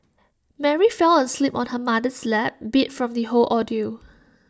Mary fell asleep on her mother's lap beat from the whole ordeal